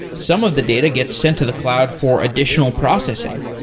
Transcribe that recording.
some of the data gets sent to the cloud for additional processing.